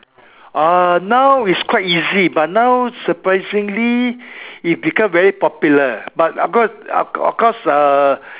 ah now is quite easy but now surprisingly it become very popular but of course of course uh